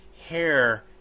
hair